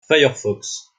firefox